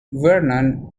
vernon